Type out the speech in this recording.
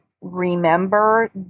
remember